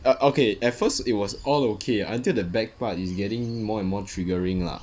ah okay at first it was all okay until the back part is getting more and more triggering lah